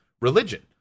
religion